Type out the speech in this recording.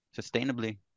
sustainably